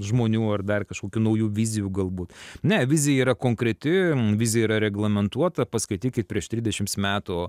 žmonių ar dar kažkokių naujų vizijų galbūt ne vizija yra konkreti vizija yra reglamentuota paskaitykit prieš tridešims metų